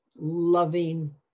loving